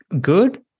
good